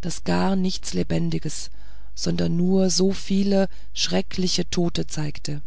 das gar nichts lebendiges sondern nur so viele schreckliche tote zeigte